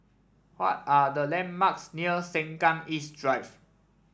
what are the landmarks near Sengkang East Drive